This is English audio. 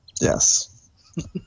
Yes